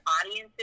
audiences